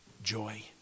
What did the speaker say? joy